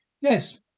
Yes